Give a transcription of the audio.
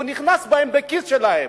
הוא נכנס בהם בכיס שלהם.